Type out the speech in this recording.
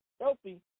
Healthy